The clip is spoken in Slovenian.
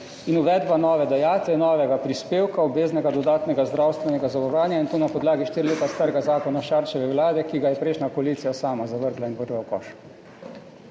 in uvedba nove dajatve, novega prispevka obveznega dodatnega zdravstvenega zavarovanja, in to na podlagi štiri leta starega zakona Šarčeve vlade, ki ga je prejšnja koalicija sama vrgla v koš.